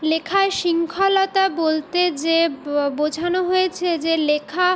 লেখায় শৃঙ্খলতা বলতে যে বোঝানো হয়েছে যে লেখা